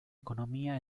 economía